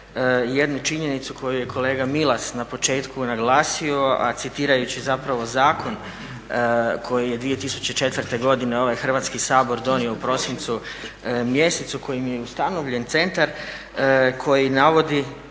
jednu činjenicu koju je kolega Milas na početku naglasio, a citirajući zapravo zakon koji je 2004. godine ovaj Hrvatski sabor donio u prosincu mjesecu kojim je i ustanovljen centar koji navodi